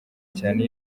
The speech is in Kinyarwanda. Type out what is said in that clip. cyane